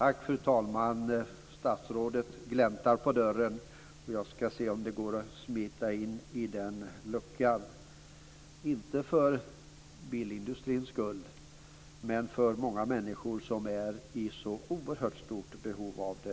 Fru talman! Statsrådet gläntar på dörren, och jag skall se om det går att smita in, inte för bilindustrins skull men för många människors skull, vilka är i ett så oerhört stort behov av bilen.